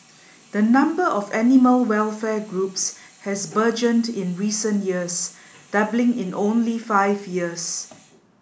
the number of animal welfare groups has burgeoned in recent years doubling in only five years